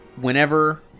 Whenever